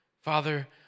Father